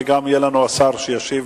וגם השר ישיב